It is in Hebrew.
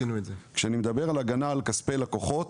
כשאני מדבר על הגנה על כספי לקוחות,